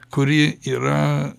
kuri yra